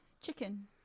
Chicken